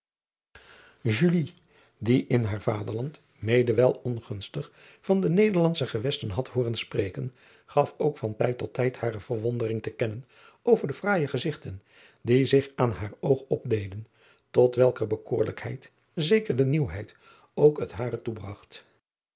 die in haar vaderland mede wel ongunstig van de ederlandsche gewesten had hooren spreken gaf ook van tijd tot tijd hare verwondering te kennen over de fraaije gezigten die zich aan haar oog opdeden tot welker bekoorlijkheid zeker de nieuwheid ook het hare